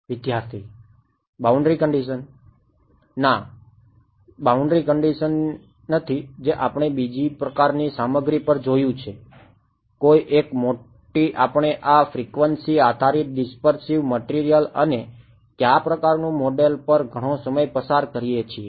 વિદ્યાર્થી boundary condition ના બાઉન્ડ્રીની કંડીશન નથી જે આપણે બીજી પ્રકારની સામગ્રી પર જોયું છે કોઈ એક મોટી આપણે આ ફ્રીક્વન્સી આધારિત ડિસપર્સિવ મટીરીયલ અને કયા પ્રકારનું મોડેલ પર ઘણો સમય પસાર કરીએ છીએ